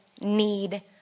need